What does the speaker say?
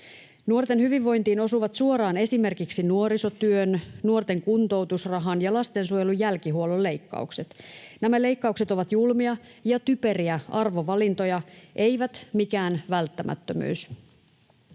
Nuorten hyvinvointiin osuvat suoraan esimerkiksi nuorisotyön, nuorten kuntoutusrahan ja lastensuojelun jälkihuollon leikkaukset. Nämä leikkaukset ovat julmia ja typeriä arvovalintoja, eivät mikään välttämättömyys.